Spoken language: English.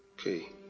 Okay